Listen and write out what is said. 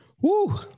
Woo